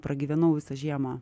pragyvenau visą žiemą